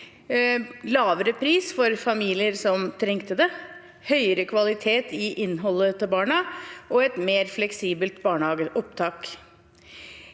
lavere pris for familier som trengte det, høyere kvalitet i innholdet til barna og et mer fleksibelt barnehageopptak.